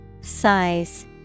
Size